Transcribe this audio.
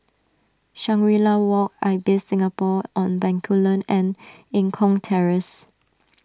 Shangri La Walk Ibis Singapore on Bencoolen and Eng Kong Terrace